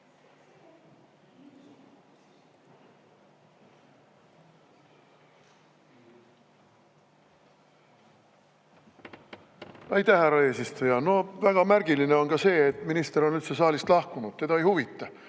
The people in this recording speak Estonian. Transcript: Aitäh, härra eesistuja! Väga märgiline on ka see, et minister on saalist lahkunud. Teda ei huvita.